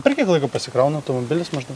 per kiek laiko pasikrauna automobilis maždaug